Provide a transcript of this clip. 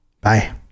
Bye